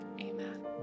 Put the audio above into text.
Amen